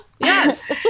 Yes